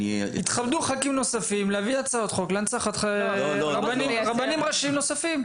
יתכבדו ח"כים נוספים להביא הצעות חוק להנצחת רבנים ראשיים נוספים.